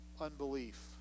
unbelief